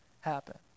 happen